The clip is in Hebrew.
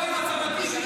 מה קשור הצעת